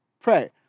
pray